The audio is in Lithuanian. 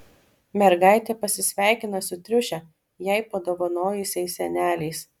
mergaitė pasisveikina su triušę jai padovanojusiais seneliais